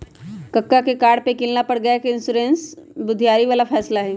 कक्का के कार के किनला पर गैप इंश्योरेंस लेनाइ बुधियारी बला फैसला रहइ